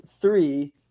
three